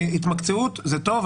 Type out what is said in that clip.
התמקצעות זה טוב.